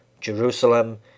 Jerusalem